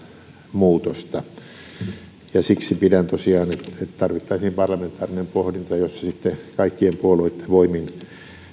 muutosta siksi olen tosiaan sitä mieltä että tarvittaisiin parlamentaarinen pohdinta jossa kaikkien puolueitten voimin